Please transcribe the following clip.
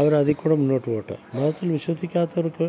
അവരതിൽക്കൂടി മുന്നോട്ട് പോട്ടെ മതത്തിൽ വിശ്വസിക്കാത്തവർക്ക്